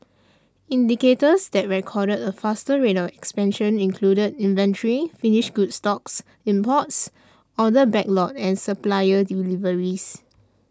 indicators that recorded a faster rate of expansion included inventory finished goods stocks imports order backlog and supplier deliveries